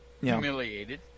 humiliated